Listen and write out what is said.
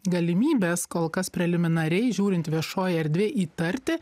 galimybės kol kas preliminariai žiūrint viešojoj erdvėj įtarti